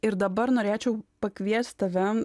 ir dabar norėčiau pakviest tave